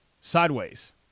sideways